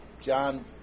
John